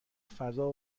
فضا